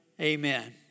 amen